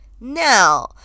Now